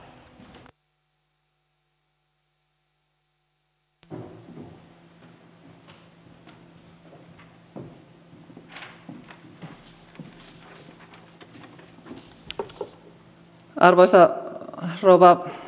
arvoisa rouva puhemies